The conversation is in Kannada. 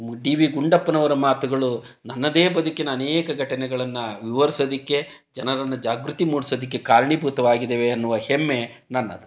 ಡಿ ವಿ ಗುಂಡಪ್ಪನವರ ಮಾತುಗಳು ನನ್ನದೇ ಬದುಕಿನ ಅನೇಕ ಘಟನೆಗಳನ್ನು ವಿವರ್ಸೋದಕ್ಕೆ ಜನರನ್ನು ಜಾಗೃತಿ ಮೂಡ್ಸೋದಕ್ಕೆ ಕಾರಣೀಭೂತವಾಗಿದಾವೆ ಅನ್ನುವ ಹೆಮ್ಮೆ ನನ್ನದು